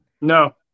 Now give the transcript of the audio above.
No